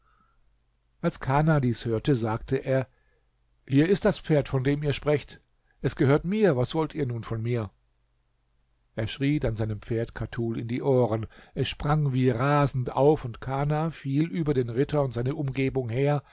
als kana dies hörte sagte er hier ist das pferd von dem ihr sprecht es gehört mir was wollt ihr nun von mir er schrie dann seinem pferd katul in die ohren es sprang wie rasend auf und kana fiel über den ritter und seine umgebung her